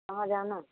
कहाँ जाना है